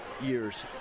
years